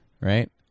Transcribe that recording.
right